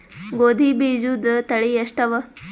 ಗೋಧಿ ಬೀಜುದ ತಳಿ ಎಷ್ಟವ?